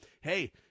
Hey